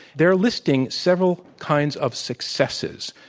they are listing several kinds of successes.